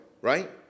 right